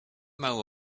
mały